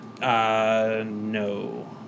No